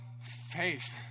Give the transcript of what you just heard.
faith